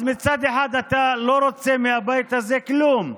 אז מצד אחד, אתה לא רוצה מהבית הזה כלום,